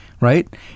Right